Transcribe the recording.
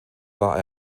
war